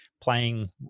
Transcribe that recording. playing